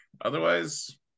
otherwise